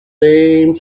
same